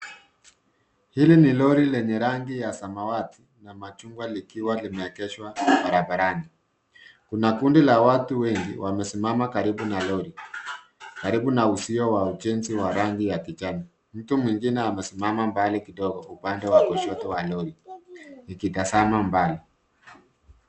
Hili ni lori enye rangi ya samawati na majungwa likiwa limeegeswa barabarani kuna kundi la watu wengi wamesimama karibu na lori, karibu na uso wa jensi wa rangi ya kijani. Mtu mwingine amesimama mbali kidogo upande wa kushoto wa lori ikitasama mbali.